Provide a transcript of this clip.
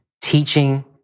Teaching